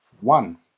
One